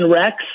Rex